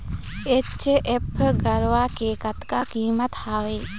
HF गरवा के कतका कीमत हवए?